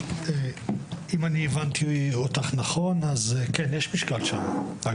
אם הבנתי אותך נכון אז כן, יש משקל שם.